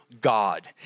God